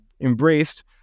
embraced